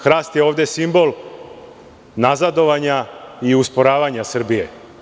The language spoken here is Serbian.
Hrast je ovde simbol nazadovanja i usporavanja Srbije.